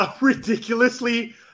ridiculously